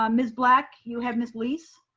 um ms. black, you have miss leece.